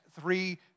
three